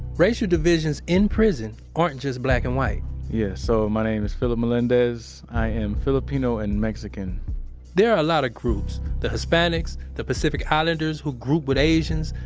racial divisions in prison aren't just black and white yeah, so, my name is philip melendez. i am filipino and mexican there are a lot of groups the hispanics, the pacific islanders who group the but asians,